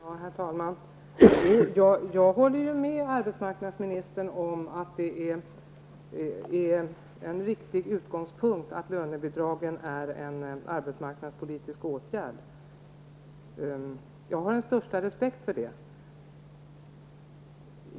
Herr talman! Jag håller med arbetsmarknadsministern om att det är en riktig utgångspunkt att lönebidragen är en arbetsmarknadspolitisk åtgärd. Det har jag den största respekt för.